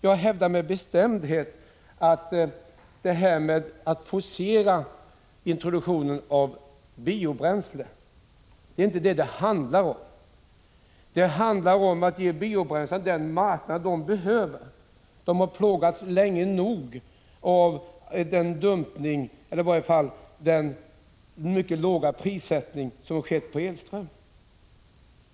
Jag hävdar med bestämdhet att det inte handlar om att forcera introduktionen av bio-bränsle. Det handlar i stället om att ge bio-bränslena den marknad de behöver. Bio-bränslena har plågats länge nog av den dumpning, eller i varje fall mycket låga prissättning, som har skett när det gäller elström.